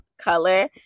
color